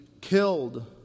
killed